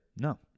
No